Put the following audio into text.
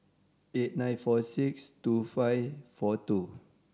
eight nine four six two five four two